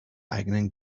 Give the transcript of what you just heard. eigenen